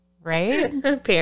Right